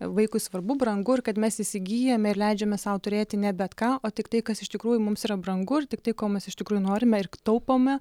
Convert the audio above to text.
vaikui svarbu brangu ir kad mes įsigyjame ir leidžiame sau turėti ne bet ką o tiktai kas iš tikrųjų mums yra brangu ir tiktai ko mes iš tikrųjų norime ir taupome